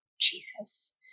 Jesus